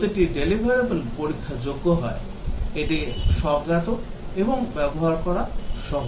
প্রতিটি deliverable পরীক্ষাযোগ্য হয় এটি স্বজ্ঞাত এবং ব্যবহার করা সহজ